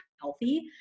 healthy